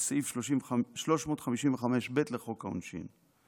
לסעיף 355(ב) לחוק העונשין.